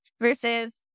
versus